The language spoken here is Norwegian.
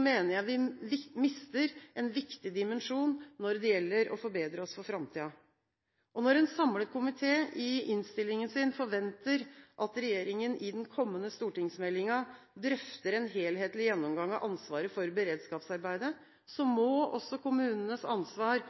mener jeg vi mister en viktig dimensjon når det gjelder å forbedre oss for framtiden. Når en samlet komité i innstillingen forventer at regjeringen i den kommende stortingsmeldingen drøfter en helhetlig gjennomgang av ansvaret for beredskapsarbeidet, må også kommunenes ansvar